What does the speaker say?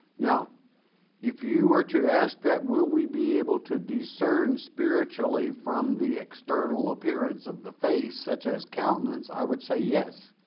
now if you were to ask that will we be able to discern spiritually from the external appearance of the face such as countenance, i would say yes.